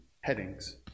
headings